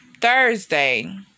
Thursday